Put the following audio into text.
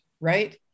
right